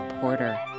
Porter